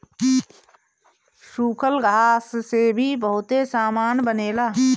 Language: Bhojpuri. सूखल घास से भी बहुते सामान बनेला